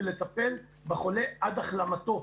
ולטפל בחולה עד החלמתו,